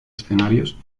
escenarios